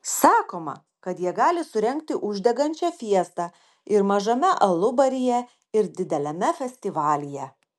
sakoma kad jie gali surengti uždegančią fiestą ir mažame alubaryje ir dideliame festivalyje